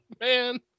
man